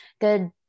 good